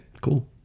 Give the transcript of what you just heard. cool